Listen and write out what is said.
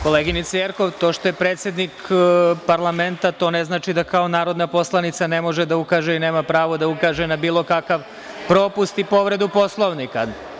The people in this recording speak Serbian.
Koleginice Jerkov, to što je predsednik parlamenta, to ne znači da kao narodna poslanica ne može da ukaže i nema pravo da ukaže na bilo kakav propust i povredu Poslovnika.